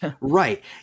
right